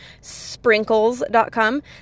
sprinkles.com